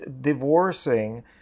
divorcing